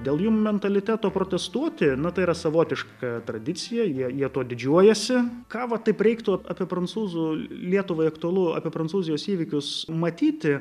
dėl jų mentaliteto protestuoti na tai yra savotiška tradicija jie jie tuo didžiuojasi ką va taip reiktų apie prancūzų lietuvai aktualu apie prancūzijos įvykius matyti